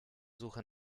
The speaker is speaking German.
suche